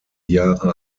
jahre